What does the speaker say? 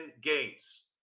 games